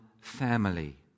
family